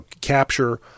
capture